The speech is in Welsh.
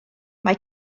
mai